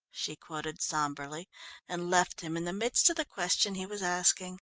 she quoted sombrely and left him in the midst of the question he was asking.